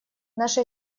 нашей